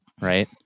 right